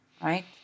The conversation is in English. Right